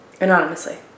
Anonymously